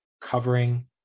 covering